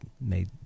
made